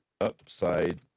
upside